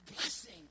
Blessing